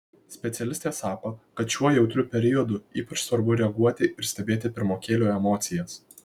specialistė sako kad šiuo jautriu periodu ypač svarbu reaguoti ir stebėti pirmokėlių emocijas